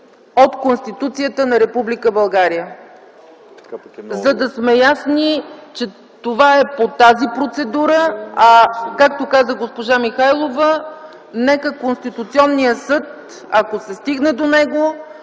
от Конституцията на Република България”. За да сме ясни, че това е по тази процедура, а както каза госпожа Михайлова – нека Конституционният съд, ако се стигне до него,